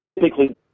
typically